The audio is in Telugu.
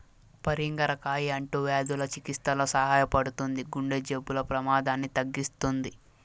పరింగర కాయ అంటువ్యాధుల చికిత్సలో సహాయపడుతుంది, గుండె జబ్బుల ప్రమాదాన్ని తగ్గిస్తుంది